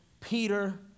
Peter